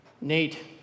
Nate